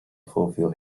fulfill